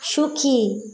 সুখী